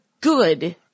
good